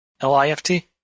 L-I-F-T